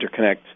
interconnect